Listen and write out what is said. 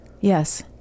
Yes